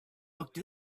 looked